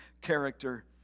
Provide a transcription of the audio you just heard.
character